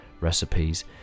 recipes